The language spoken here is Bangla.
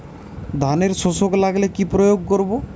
ধানের শোষক লাগলে কি প্রয়োগ করব?